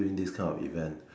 during this kind of event